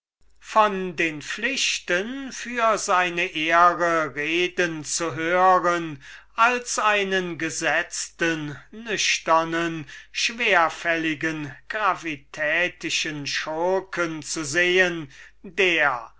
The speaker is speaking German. von den pflichten gegen seine ehre reden zu hören als einen gesetzten schwerfälligen gravitätischen schurken zu sehen der